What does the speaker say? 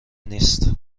نیست